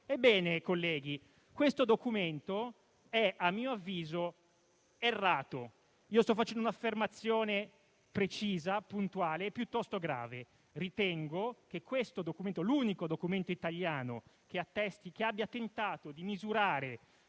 Ebbene, colleghi, questo documento è a mio avviso errato. Sto facendo un'affermazione precisa, puntuale e piuttosto grave: ritengo che questo documento, l'unico documento italiano che abbia tentato di misurare